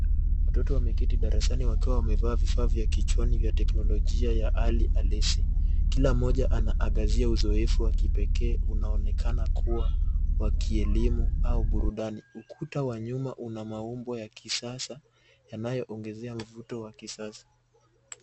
Watoto wameketi darasani wakiwa wamevaa vifaa vya kichwa vya teknolojia ya hali halisi. Kila mmoja anaangazia uzoefu wa kipekee unaonekana kuwa wa kielimu au burudani. Ukuta wa nyuma una maumbo ya kisasa yanayoongezea mvuto wa kisasa.